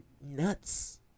nuts